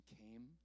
came